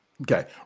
Okay